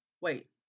Wait